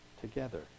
together